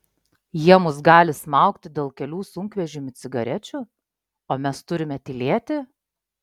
jie mus gali smaugti dėl kelių sunkvežimių cigarečių o mes turime tylėti